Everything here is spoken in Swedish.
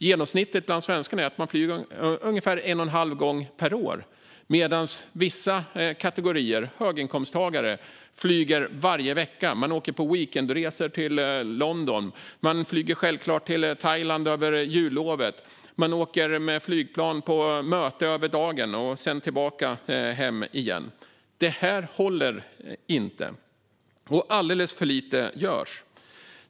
Genomsnittet bland svenskarna är att man flyger ungefär en och en halv gång per år, medan vissa kategorier - höginkomsttagare - flyger varje vecka. Man åker på weekendresor till London. Man flyger självklart till Thailand över jullovet. Man åker med flygplan på möte över dagen och sedan tillbaka hem igen. Det här håller inte, och alldeles för lite görs.